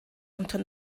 unter